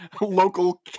local